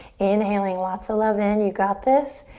inhaling lots of love in. you've got this.